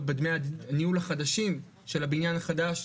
בדמי הניהול החדשים של הבניין החדש.